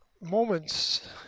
moments